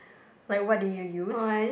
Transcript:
like what did you use